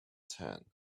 ten